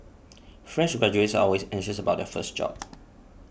fresh graduates are always anxious about their first job